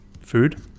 food